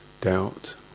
doubt